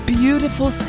beautiful